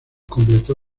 completó